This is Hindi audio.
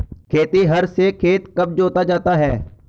खेतिहर से खेत कब जोता जाता है?